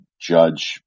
judge